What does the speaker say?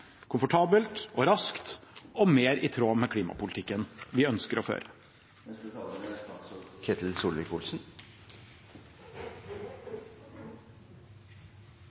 komfortabelt og raskt og mer i tråd med klimapolitikken vi ønsker å føre.